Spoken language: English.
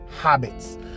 habits